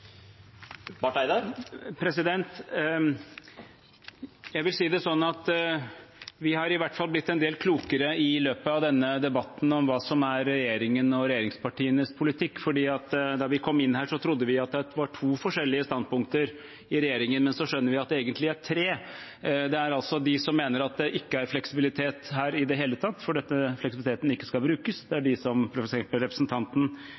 Jeg vil si det slik at vi i løpet av denne debatten i hvert fall er blitt en del klokere om hva som er regjeringen og regjeringspartienes politikk. Da vi kom inn her, trodde vi det var to forskjellige standpunkter i regjeringen, men så skjønner vi at det egentlig er tre. Det er de som mener at det ikke er fleksibilitet her i det hele tatt, fordi fleksibiliteten ikke skal brukes.